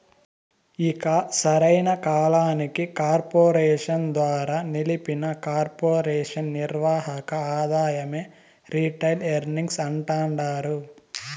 ఇక సరైన కాలానికి కార్పెరేషన్ ద్వారా నిలిపిన కొర్పెరేషన్ నిర్వక ఆదాయమే రిటైల్ ఎర్నింగ్స్ అంటాండారు